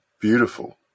beautiful